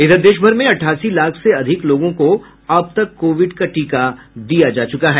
इधर देशभर में अठासी लाख से अधिक लोगों को अब तक कोविड का टीका दिया जा चुका है